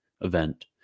event